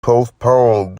postponed